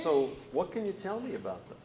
so what can you tell me about